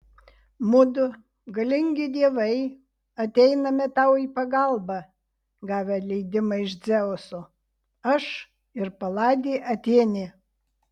mudu galingi dievai ateiname tau į pagalbą gavę leidimą iš dzeuso aš ir paladė atėnė